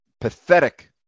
pathetic